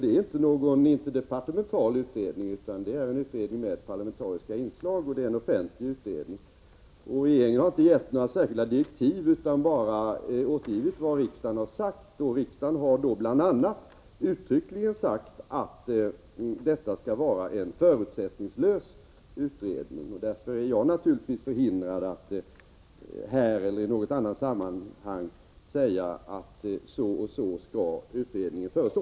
Det är inte någon interdepartemental utredning, utan det är en utredning med parlamentariska inslag, en offentlig utredning. Regeringen har inte gett utredningen några särskilda direktiv, utan bara återgivit vad riksdagen framhållit. Riksdagen har bl.a. uttryckligen sagt att utredningen skall vara förutsättningslös. Därför är jag naturligtvis förhindrad att här eller i något annat sammanhang säga vad utredningen skall föreslå.